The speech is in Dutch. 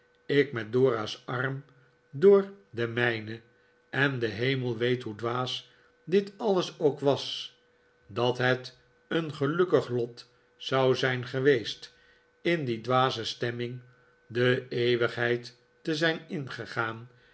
ik met dora's arm door den mijnen en de hemel weet hoe dwaas dit alles ook was dat het een gelukkig lot zou zijn geweest in die dwaze stemming de eeuwigheid te zijn ingegaan